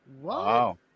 Wow